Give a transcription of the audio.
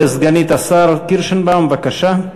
סגנית השר קירשנבאום, בבקשה.